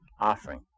offering